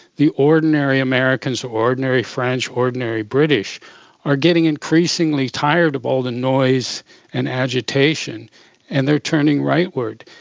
the ordinary americans or ordinary french, ordinary british are getting increasingly tired of all the noise and agitation and they are turning rightward.